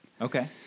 Okay